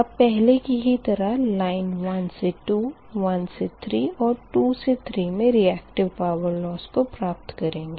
अब पहले की ही तरह लाइन 1से 2 1से 3 और 2 से 3 मे रीयक्टिव पावर लॉस को प्राप्त करेंगे